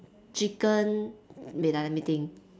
chicken wait ah let me think